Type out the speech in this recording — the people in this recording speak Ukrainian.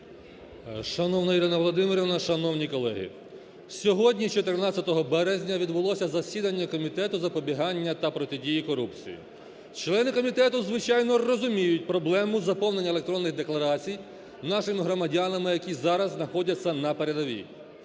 Шановна Ірина Володимирівна, шановні колеги! Сьогодні, 14 березня, відбулось засідання Комітету з запобігання та протидії корупції. Члени комітету, звичайно, розуміють проблему заповнення електронних декларацій нашими громадянами, які зараз знаходяться на передовій.